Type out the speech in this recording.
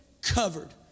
covered